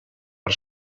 per